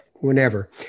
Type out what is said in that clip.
Whenever